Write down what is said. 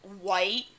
white